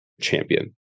champion